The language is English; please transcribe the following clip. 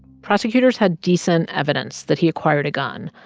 prosecutors had decent evidence that he acquired a gun,